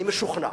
אני משוכנע